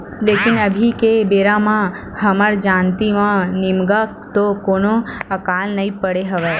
लेकिन अभी के बेरा म हमर जानती म निमगा तो कोनो अकाल नइ पड़े हवय